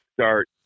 Start